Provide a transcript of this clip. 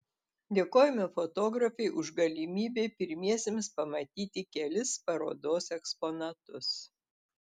dėkojame fotografei už galimybę pirmiesiems pamatyti kelis parodos eksponatus